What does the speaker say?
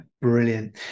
brilliant